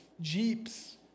Jeeps